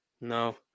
No